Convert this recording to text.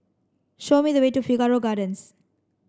show me the way to Figaro Gardens